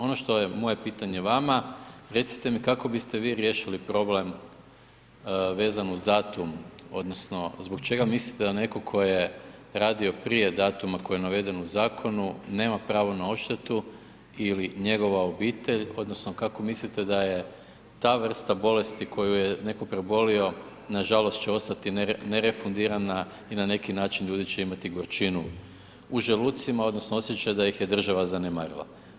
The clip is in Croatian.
Ono što je moje pitanje vama, recite mi kako biste vi riješili problem vezano uz datum odnosno zbog čega mislite da netko tko je radio prije datuma koji je naveden u zakonu, nema pravo na odštetu ili njegova obitelj odnosno kako mislite da je ta vrsta bolesti koju je netko prebolio, nažalost će ostati nerefundirana i na neki način ljudi će imati gorčinu u želucima odnosno osjećaj da ih je država zanemarila.